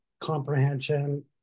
comprehension